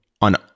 on